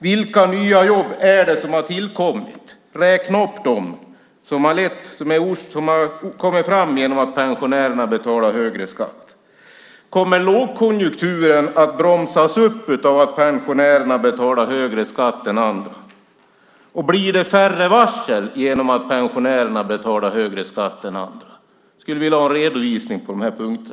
Vilka nya jobb har tillkommit - räkna upp dem - genom att pensionärerna betalar högre skatt? Kommer lågkonjunkturen att bromsas upp och varslen att bli färre genom att pensionärerna betalar högre skatt än andra? Jag skulle vilja ha en redovisning på dessa punkter.